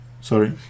sorry